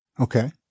Okay